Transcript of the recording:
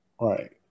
Right